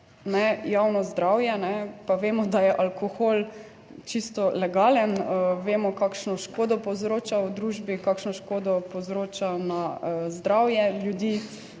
javno zdravje, pa vemo, da je alkohol čisto legalen, vemo, kakšno škodo povzroča v družbi, kakšno škodo povzroča na zdravje ljudi